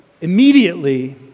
immediately